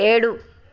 ఏడు